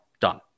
done